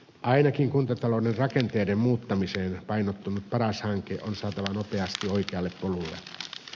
ainakin kuntatalouden rakenteiden muuttamiseen painottunut paras hanke on saatava nopeasti oikealle polulle